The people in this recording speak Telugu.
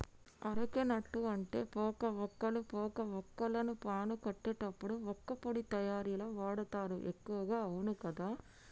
అరెక నట్టు అంటే పోక వక్కలు, పోక వాక్కులను పాను కట్టేటప్పుడు వక్కపొడి తయారీల వాడుతారు ఎక్కువగా అవును కదా